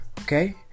okay